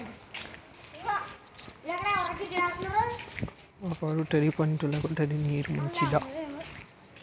ఆరు తడి పంటలకు నదుల నీరు మంచిదా?